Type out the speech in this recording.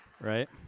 Right